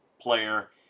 player